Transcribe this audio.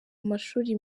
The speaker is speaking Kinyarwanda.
amashuri